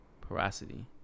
porosity